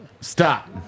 Stop